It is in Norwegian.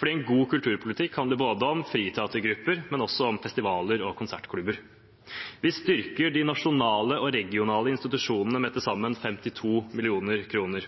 fordi en god kulturpolitikk handler både om friteatergrupper og om festivaler og konserter/klubber. Vi styrker de nasjonale og regionale institusjonene med til sammen 52 mill. kr.